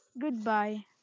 Goodbye